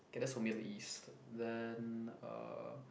okay that's for Middle East then uh